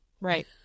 right